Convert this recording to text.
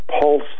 pulse